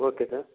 okay sir